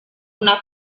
una